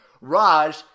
Raj